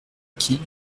qui